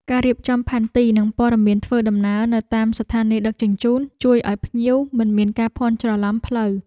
ការរៀបចំផែនទី និងព័ត៌មានធ្វើដំណើរនៅតាមស្ថានីយដឹកជញ្ជូន ជួយឱ្យភ្ញៀវមិនមានការភ័ន្តច្រឡំផ្លូវ។